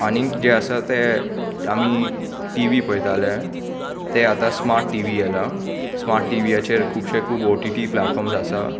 आनी जे आसा ते आमी टी वी पळयताले ते आतां स्मार्ट टी वी आयला स्मार्ट टी वीचेर खुबशे खूब ओ टी टी प्लॅटफॉर्म आसा